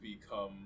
become